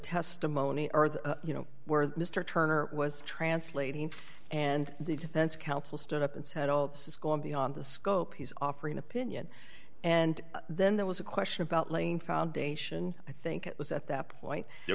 testimony earth you know where mr turner was translating and the defense counsel stood up and said all this has gone beyond the scope he's offering opinion and then there was a question about laying foundation i think it was at that point you